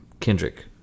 kendrick